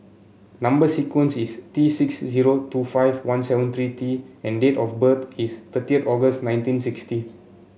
number sequence is T six zero two five one seven three T and date of birth is thirty August nineteen sixty